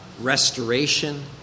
restoration